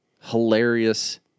hilarious